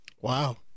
Wow